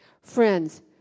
Friends